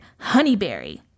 Honeyberry